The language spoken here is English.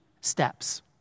steps